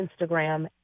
Instagram